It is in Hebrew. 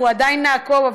אנחנו עדיין נעקוב,